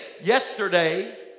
yesterday